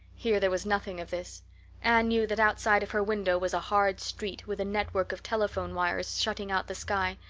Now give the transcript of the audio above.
here there was nothing of this anne knew that outside of her window was a hard street, with a network of telephone wires shutting out the sky,